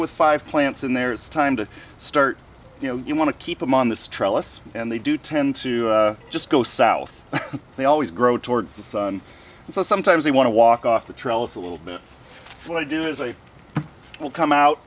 with five plants in there is time to start you know you want to keep them on the stress and they do tend to just go south they always grow towards the sun so sometimes they want to walk off the trails a little bit what i do is i will come out